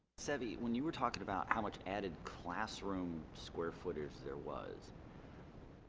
seve when you were talking about how much added classroom square footage there was